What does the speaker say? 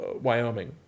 Wyoming